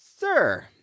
Sir